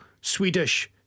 Swedish